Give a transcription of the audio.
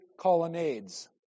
colonnades